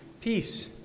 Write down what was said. peace